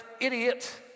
idiot